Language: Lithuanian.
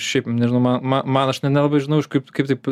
šiaip nežinau man man man aš ne nelabai žinau iš kaip taip